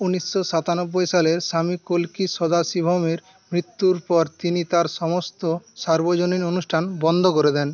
উনিশশো সাতানব্বই সালের স্বামী কল্কি সদাসিভমের মৃত্যুর পর তিনি তার সমস্ত সার্বজনীন অনুষ্ঠান বন্ধ করে দেন